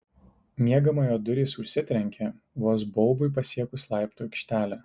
miegamojo durys užsitrenkė vos baubui pasiekus laiptų aikštelę